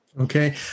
okay